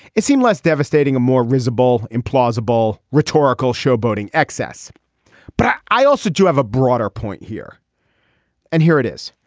it seemed less devastating a more risible implausible rhetorical showboating excess but i also do have a broader point here and here it is.